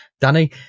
Danny